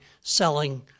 selling